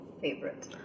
favorite